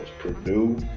Purdue